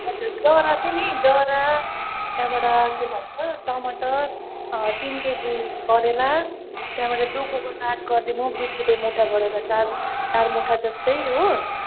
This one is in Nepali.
हजुर जरा चाहिँ नि जरा त्यहाँबाट के भन्छ टमटर तिन केजी करेला त्यहाँबाट डुकुको साग गरिदिनु बिस रुपियाँ मुठा गरेर चार चार मुठा जस्तै हो